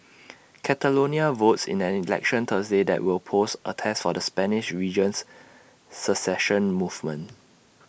Catalonia votes in an election Thursday that will pose A test for the Spanish region's secession movement